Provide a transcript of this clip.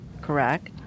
correct